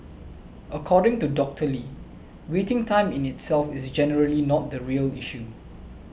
according to Doctor Lee waiting time in itself is generally not the real issue